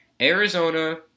Arizona